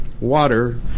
water